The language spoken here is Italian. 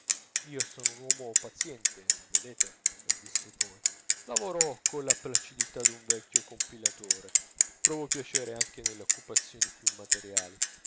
io son un uomo paziente vedete disse poi lavoro colla placidità d'un vecchio compilatore provo piacere anche nelle occupazioni più materiali